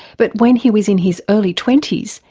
but when he was in his early twenty s,